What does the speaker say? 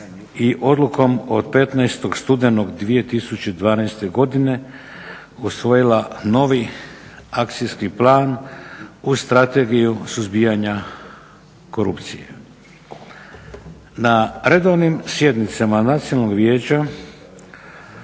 i Odlukom od 15. studenog 2012. godine usvojila novi Akcijski plan uz Strategiju suzbijanja korupcije. Na redovnim sjednicama Nacionalnog vijeća